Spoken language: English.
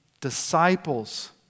disciples